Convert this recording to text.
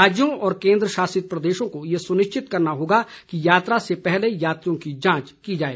राज्यों और केंद्र शासित प्रदेशों को यह सुनिश्चित करना होगा कि यात्रा से पहले यात्रियों की जांच की जाए